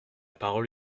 parole